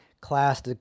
class